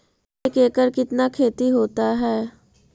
एक एकड़ कितना खेति होता है?